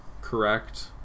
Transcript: correct